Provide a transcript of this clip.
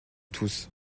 tous